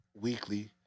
weekly